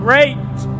Great